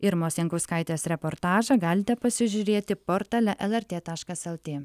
irmos jankauskaitės reportažą galite pasižiūrėti portale lrt taškas lt